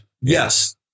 Yes